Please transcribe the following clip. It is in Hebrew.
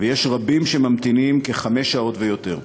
ויש רבים שממתינים כחמש שעות ויותר.